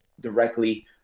directly